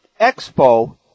Expo